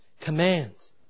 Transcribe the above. commands